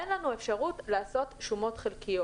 אין לנו אפשרות לעשות שומות חלקיות.